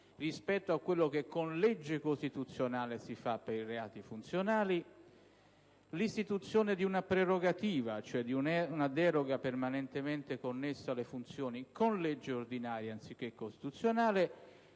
superiore a quella che con legge costituzionale si prevede per i reati funzionali; l'istituzione di una prerogativa (cioè di una deroga permanentemente connessa alle funzioni) con legge ordinaria anziché costituzionale,